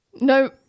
No